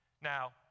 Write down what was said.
Now